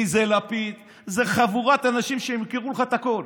מי זה לפיד, זו חבורת אנשים שימכרו לך את הכול.